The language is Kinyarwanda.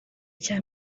cya